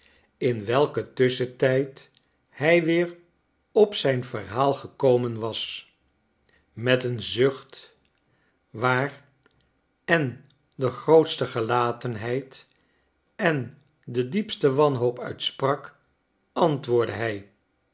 in welken tusschentijd hij weer op zijn verhaal gekomen was met een zucht waar en de grootste gelatenheid en de diepste wanhoop uit sprak antwoordde hij